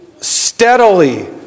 steadily